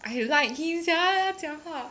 I like him sia 讲话